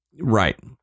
Right